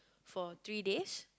for three days